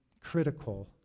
critical